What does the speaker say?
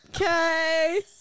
Okay